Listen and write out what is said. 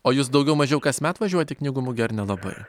o jūs daugiau mažiau kasmet važiuojat knygų mugę ar nelabai